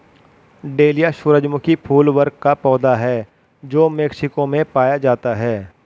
dahlia सूरजमुखी फूल वर्ग का पौधा है जो मेक्सिको में पाया जाता है